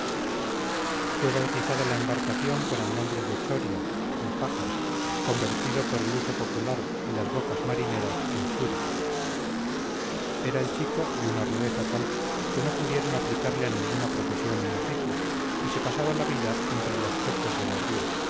fue bautizada la embarcación con el nombre de choria el pájaro convertido por el uso popular y las bocas marineras en churi era el chico de una rudeza tal que no pudieron aplicarle a ninguna profesión ni oficio y se pasaba la vida entre los chochos de la ría